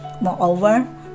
Moreover